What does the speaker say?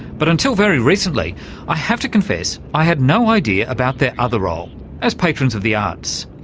but until very recently i have to confess i had no idea about their other role as patrons of the arts.